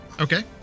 Okay